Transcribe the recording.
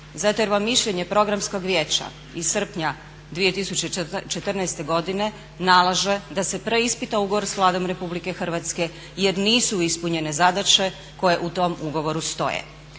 zato jer vam mišljenje programskog vijeća iz srpnja 2014. godine nalaže da se preispita ugovor sa Vladom Republike Hrvatske jer nisu ispunjene zadaće koje u tom ugovoru stoje.